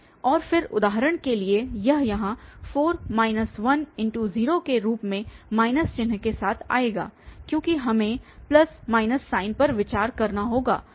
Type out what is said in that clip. और फिर उदाहरण के लिए यह यहाँ 4 1×0 के रूप में माइनस चिन्ह के साथ आएगा क्योंकि हमें प्लस माइनस साइन पर विचार करना होगा